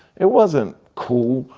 it wasn't cool,